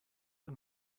and